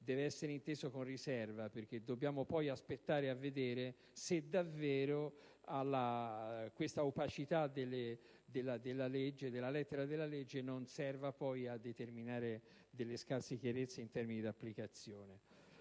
deve essere inteso con riserva, perché dobbiamo aspettare a vedere se questa opacità della lettera della norma non serva poi a determinare scarsa chiarezza in sede di applicazione.